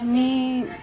मी